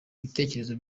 ibitekerezo